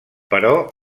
però